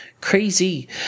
crazy